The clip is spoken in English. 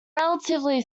relatively